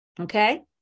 Okay